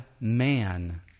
Man